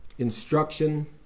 Instruction